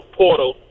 portal